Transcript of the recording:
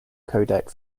codec